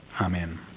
Amen